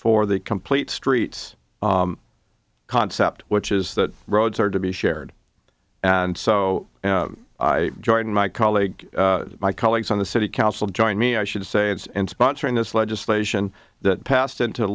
for the complete streets concept which is that roads are to be shared and so i join my colleague my colleagues on the city council join me i should say adds and sponsoring this legislation that passed into